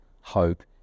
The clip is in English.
hope